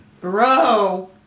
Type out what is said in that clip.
Bro